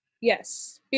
Yes